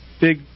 big